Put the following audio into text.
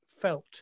felt